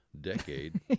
decade